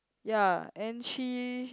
ya and she